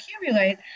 accumulate